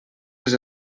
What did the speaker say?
les